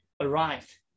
arrived